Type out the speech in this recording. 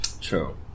True